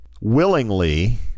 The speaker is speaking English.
willingly –